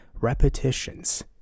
repetitions